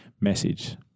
message